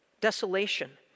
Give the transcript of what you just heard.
Desolation